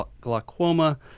glaucoma